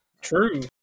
True